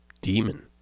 demon